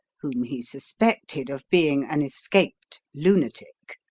whom he suspected of being an escaped lunatic.